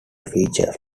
feature